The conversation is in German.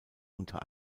unter